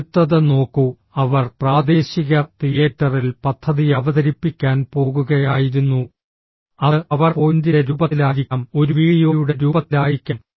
അടുത്തത് നോക്കൂ അവർ പ്രാദേശിക തിയേറ്ററിൽ പദ്ധതി അവതരിപ്പിക്കാൻ പോകുകയായിരുന്നു അത് പവർ പോയിന്റിന്റെ രൂപത്തിലായിരിക്കാം ഒരു വീഡിയോയുടെ രൂപത്തിലായിരിക്കാം